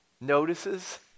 notices